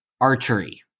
archery